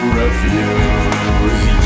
refuse